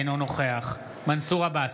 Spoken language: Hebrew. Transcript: אינו נוכח מנסור עבאס,